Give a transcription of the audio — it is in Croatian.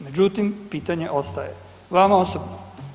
Međutim, pitanje ostaje vam osobno.